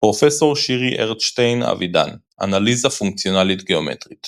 פרופ’ שירי ארטשטיין- אבידן- אנליזה פונקציונלית גאומטרית